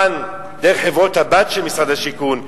דרך החברות הבנות של משרד השיכון,